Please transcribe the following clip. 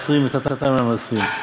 מקצתן מעשרין ומקצתן שאינן מעשרין,